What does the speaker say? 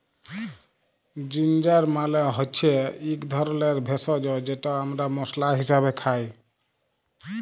ginger মালে হচ্যে ইক ধরলের ভেষজ যেট আমরা মশলা হিসাবে খাই